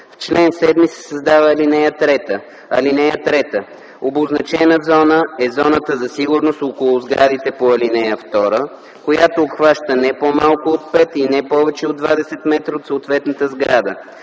„В чл. 7 се създава ал. 3: „(3) Обозначена зона е зоната за сигурност около сградите по ал. 2, която обхваща не по-малко от пет и не повече от двадесет метра от съответната сграда.